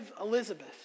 Elizabeth